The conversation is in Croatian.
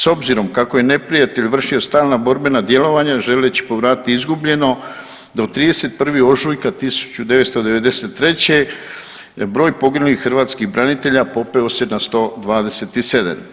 S obzirom kako je neprijatelj vršio stalna borbena djelovanja želeći povratiti izgubljeno da od 31. ožujka 1993. broj poginulih hrvatskih branitelja popeo se na 127.